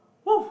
!whoo!